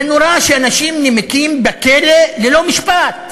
זה נורא שאנשים נמקים בכלא ללא משפט.